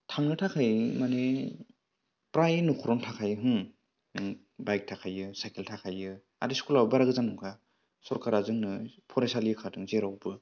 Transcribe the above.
थांनो थाखाय माने प्राय न'खरावनो थाखायो बाइक थाखायो साइकेल थाखायो आरो स्कुलाबो बारा गोजान नङा सोरकारा जोंनो फरायसालि होखादों जेरावबो